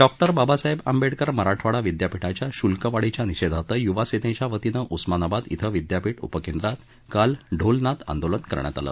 doctor Babasaheb Ambedkar Marathwada विद्यापीठाच्या शुल्कवाढीच्या निषेधार्थ यूवासेनेच्या वतीनं उस्मानाबाद शुं विद्यापीठ उपकेंद्रात काल ढोलनाद आंदोलन करण्यात आलं